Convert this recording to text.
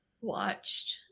watched